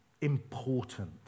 important